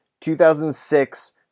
2006